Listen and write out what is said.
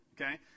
okay